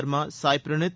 Verma Sai Praneeth